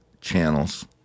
channels